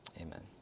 amen